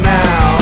now